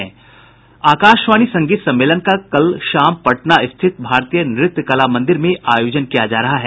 आकाशवाणी संगीत सम्मेलन का कल शाम पटना स्थित भारतीय नृत्य कला मंदिर में आयोजन किया जा रहा है